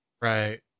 Right